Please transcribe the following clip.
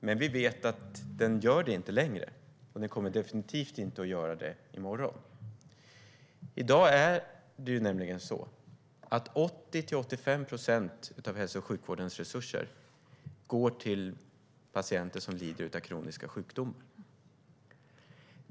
Men vi vet att den inte gör det längre, och den kommer definitivt inte att göra det i morgon. I dag går 80-85 procent av hälso och sjukvårdens resurser till patienter som lider av kroniska sjukdomar.